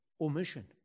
omission